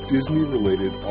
Disney-related